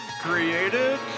created